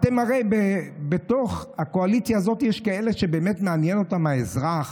הרי בתוך הקואליציה הזאת יש כאלה שבאמת מעניין אותם האזרח?